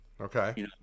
Okay